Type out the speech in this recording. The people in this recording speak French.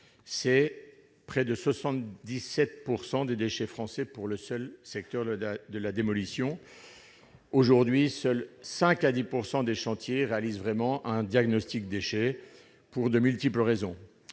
soit environ 77 % des déchets français uniquement pour le secteur de la démolition. Aujourd'hui, seuls 5 % à 10 % des chantiers réalisent vraiment un diagnostic « déchets », pour de multiples raisons.